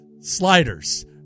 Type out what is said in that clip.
sliders